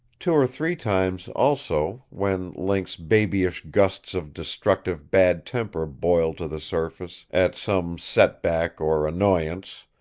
two or three times, also, when link's babyish gusts of destructive bad temper boiled to the surface at some setback or annoyance,